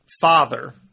father